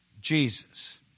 Jesus